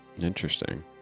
Interesting